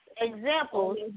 examples